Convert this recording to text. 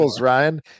Ryan